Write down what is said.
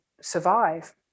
survive